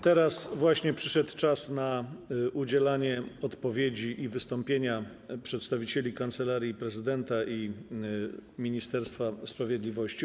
Teraz właśnie przyszedł czas na udzielanie odpowiedzi i wystąpienia przedstawicieli Kancelarii Prezydenta i Ministerstwa Sprawiedliwości.